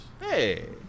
Hey